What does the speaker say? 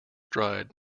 dried